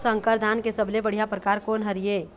संकर धान के सबले बढ़िया परकार कोन हर ये?